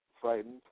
frightened